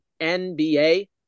NBA